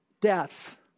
deaths